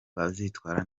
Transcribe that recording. bazitwara